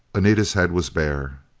anita's head was bare.